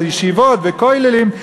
על ישיבות וכוללים,